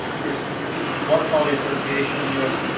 there's water quality association, usgs